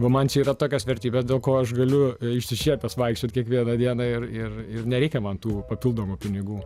nu man čia yra tokios vertybės dėl ko aš galiu išsišiepęs vaikščiot kiekvieną dieną ir ir ir nereikia man tų papildomų pinigų